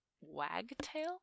Wagtail